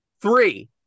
three